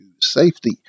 safety